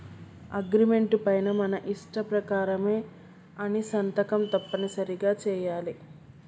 agreement పైన మన ఇష్ట ప్రకారమే అని సంతకం తప్పనిసరిగా చెయ్యాలి